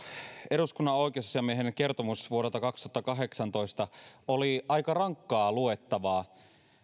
eduskunnan oikeusasiamiehen kertomus vuodelta kaksituhattakahdeksantoista oli aika rankkaa luettavaa